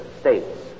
states